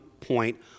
point